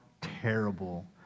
terrible